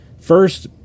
First